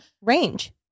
Range